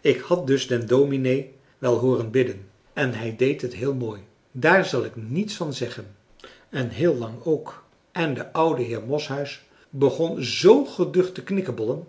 ik had dus den dominee wel hooren bidden en hij deed het heel mooi daar zal ik niets van zeggen en heel lans ook en de oude heer moshuis begon zoo geducht te